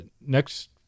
next